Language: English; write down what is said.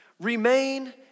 Remain